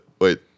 Wait